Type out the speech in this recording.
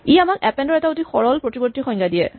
ই আমাক এপেন্ড ৰ এটা অতি সৰল প্ৰতিৱৰ্তী সংজ্ঞা দিয়ে